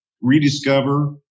rediscover